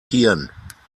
hirn